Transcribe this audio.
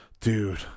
Dude